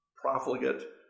profligate